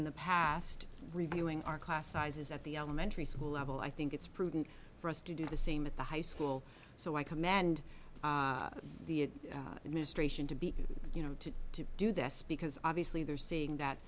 in the past reviewing our class sizes at the elementary school level i think it's prudent for us to do the same at the high school so i commend the administration to be you know to to do this because obviously they're saying that